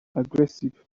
aggressive